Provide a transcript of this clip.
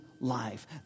life